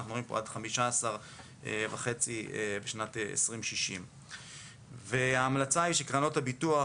עד 15.5 מיליון שקל בשנת 2060. ההמלצה היא שקרנות הביטוח,